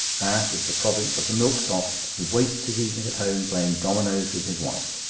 that is the province of the milksop, who wastes his evening at home playing dominoes with his wife.